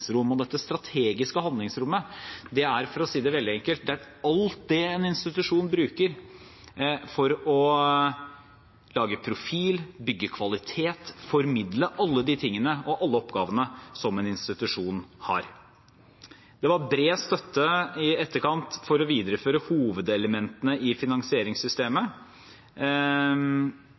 strategisk handlingsrom. Dette strategiske handlingsrommet er, for å si det veldig enkelt, alt det en institusjon bruker for å lage profil, bygge kvalitet og formidle – alle de oppgavene som en institusjon har. Det var bred støtte i etterkant for å videreføre hovedelementene i finansieringssystemet,